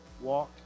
walk